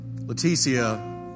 Leticia